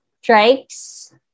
strikes